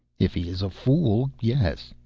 if he is a fool, yes.